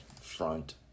front